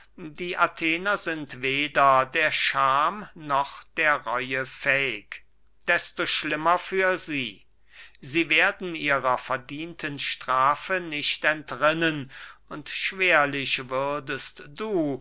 die athener sind weder der scham noch der reue fähig desto schlimmer für sie sie werden ihrer verdienten strafe nicht entrinnen und schwerlich würdest du